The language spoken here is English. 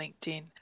LinkedIn